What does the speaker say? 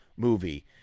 movie